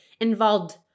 Involved